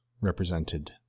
represented